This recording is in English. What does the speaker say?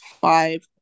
five